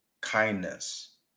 kindness